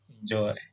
Enjoy